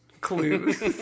clues